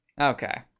Okay